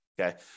okay